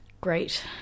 great